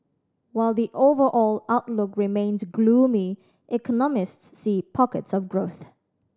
while the overall outlook remains gloomy economists see pockets of growth